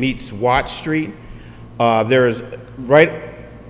meets watch street there is right